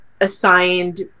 assigned –